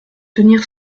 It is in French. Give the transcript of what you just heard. tenir